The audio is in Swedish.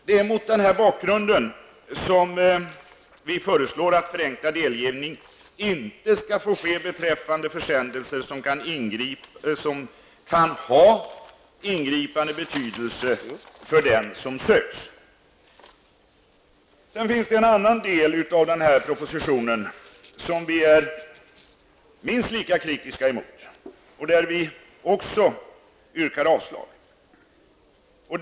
Det är mot denna bakgrund vi föreslår att förenklad delgivning inte skall få ske beträffande försändelser som kan ha en ingripande betydelse för den som söks. Det finns en annan del av propositionen som vi är minst lika kritiska mot och som vi också yrkar avslag på.